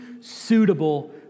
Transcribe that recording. suitable